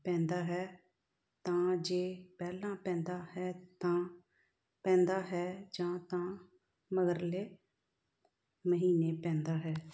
ਪੈਂਦਾ ਹੈ ਤਾਂ ਜੇ ਪਹਿਲਾਂ ਪੈਂਦਾ ਹੈ ਤਾਂ ਪੈਂਦਾ ਹੈ ਜਾਂ ਤਾਂ ਮਗਰਲੇ ਮਹੀਨੇ ਪੈਂਦਾ ਹੈ